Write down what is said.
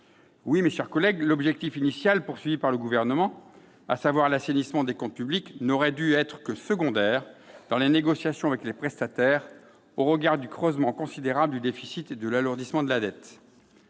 Cour des comptes. Oui, l'objectif initial du Gouvernement, à savoir l'assainissement des comptes publics, n'aurait dû être que secondaire dans ses négociations avec les prestataires, au regard du creusement considérable du déficit et de l'alourdissement de la dette.